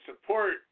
support